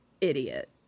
idiot